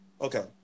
Okay